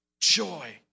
Joy